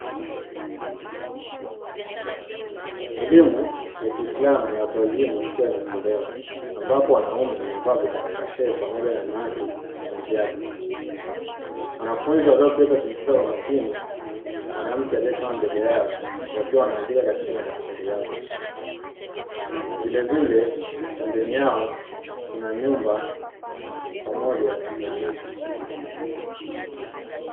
Elimu ya kiislamu ya watu wazima ikiwa inatolewa, ambapo wanaume wamevaa vibarakashee pamoja na wanawake mahijabu. Wanafunzi walioketi wakimsikiliza kwa makini, mwanamke aliyesimama mbele yao wakiwa wanaandika katika madaftari yao. Vilevile pembeni yao kuna nyumba pamoja na miti.